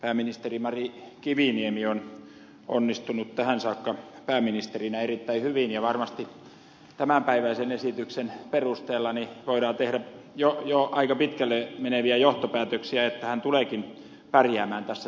pääministeri mari kiviniemi on onnistunut tähän saakka pääministerinä erittäin hyvin ja varmasti tämänpäiväisen esityksen perusteella voidaan tehdä jo aika pitkälle meneviä johtopäätöksiä että hän tuleekin pärjäämään tässä tehtävässään hyvin